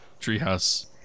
Treehouse